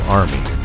army